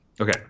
Okay